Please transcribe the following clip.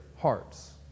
hearts